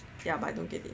ya but I don't get it